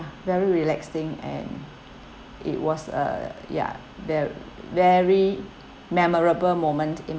very relaxing and it was uh ya ver~ very memorable moment in